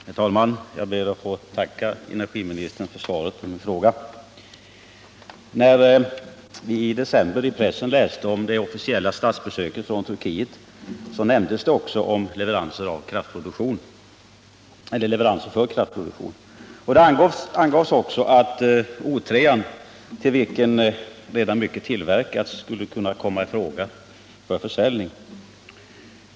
Herr talman! Jag ber att få tacka energiministern för svaret på min fråga. När vi i december i pressen läste om det officiella statsbesöket från Turkiet nämndes det om leveranser för kraftproduktion. Det angavs också att O 3, till vilken mycket redan tillverkats, skulle kunna komma i fråga för försäljning.